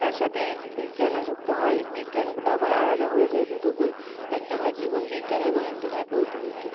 তার সাথে বিজ্ঞানও যুক্ত হয় বিজ্ঞানগুলো আবার আলাদা হয়ে যায় দুটো বই একটা হয় জীবন বিজ্ঞান এবং একটা হয় ভৌত বিজ্ঞান